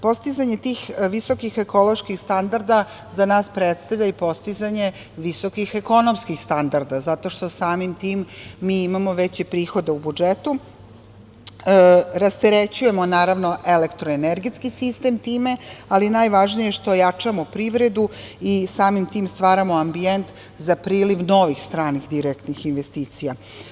Postizanje tih visokih ekoloških standarda za nas predstavlja i postizanje visokih ekonomskih standarda, zato što samim tim, mi imamo veće prihode u budžetu, rasterećujemo naravno, elektroenergetski sistem time, ali najvažnije što jačamo privredu i samim tim stvaramo ambijent za priliv novih stranih direktnih investicija.